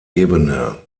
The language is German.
ebene